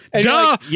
Duh